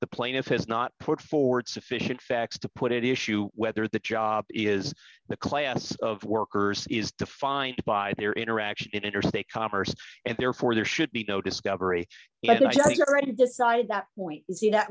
the plaintiff has not put forth sufficient facts to put it issue whether the job is the class of workers is defined by their interaction in interstate commerce and therefore there should be no discovery to decide that we see that